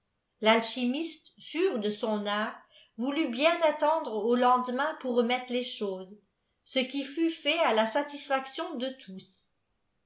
remède l'alchimiste sûr de son art voulut bien attendre au lendemain pour remettre les choses ce qui fut fait à la satisfaction de tous